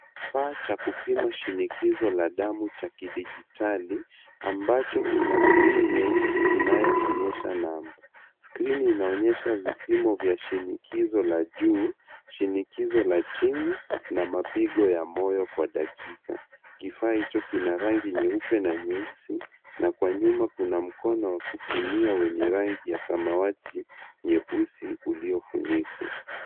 Kifaa cha kupima shinikizo la damu cha kidijitali ambacho kina skrini nyeusi inayoonyesha namba. Skrini inaonyesha vipimo vya shinikizo la juu, shinikizo la chini na mapigo ya moyo kwa dakika. Kifaa hicho kina rangi nyeupe na nyeusi na kwa nyuma kuna mkono wa kupimia wenye rangi ya samawati nyeusi uliofunikwa.